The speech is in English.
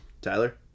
Tyler